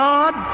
God